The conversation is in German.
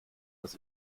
dass